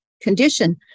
condition